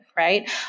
Right